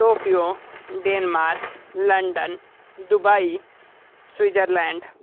Tokyo Denmark London Dubai Switzerland